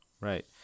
right